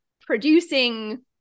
producing